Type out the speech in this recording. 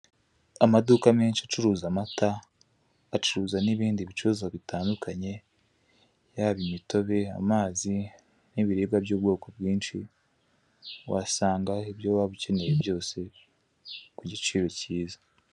Amaduka menshi acuruza amata, acuruza n'ibindi bicuruzwa bitandukanye, yaba imitobe, amazi n'ibiribwa by'ubwoko bwinshi, wahasanga ibyo waba ukeneye byose ku giciro cyiza.